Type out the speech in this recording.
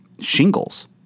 shingles